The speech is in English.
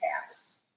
tasks